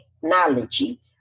technology